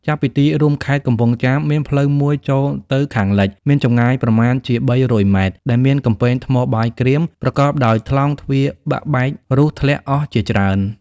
ចាប់ពីទីរួមខេត្តកំពង់ចាម មានផ្លូវមួយចូលទៅខាងលិច មានចម្ងាយប្រមាណជា ៣០០ ម៉ែត្រដែលមានកំពែងថ្មបាយក្រៀម ប្រកបដោយក្លោងទ្វារបាក់បែករុះធ្លាក់អស់ជាច្រើន ។